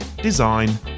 design